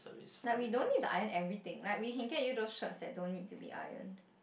like we don't need to iron everything right we can get you those shirts that don't need to be ironed